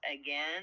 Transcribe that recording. again